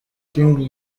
king